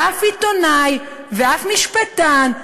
ואף עיתונאי ואף משפטן,